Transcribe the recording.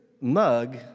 mug